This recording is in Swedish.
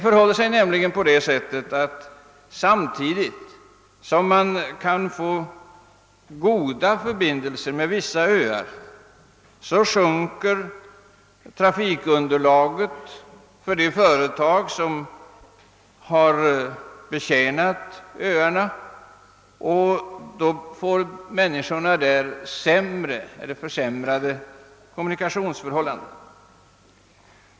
Samtidigt som det upprättats goda förbindelser med vissa öar, sjunker nämligen underlaget för de trafikföretag som har betjänat öarna, och då får människorna där sämre kommunikationsförhållanden.